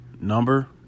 number